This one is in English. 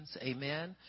Amen